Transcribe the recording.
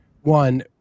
one